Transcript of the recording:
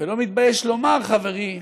ולא מתבייש לומר, חבריי: